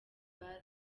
bar